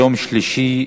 יום שלישי,